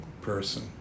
person